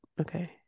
Okay